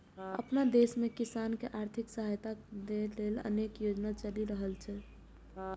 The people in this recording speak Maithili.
अपना देश मे किसान कें आर्थिक सहायता दै लेल अनेक योजना चलि रहल छै